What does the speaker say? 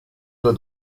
due